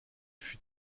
fut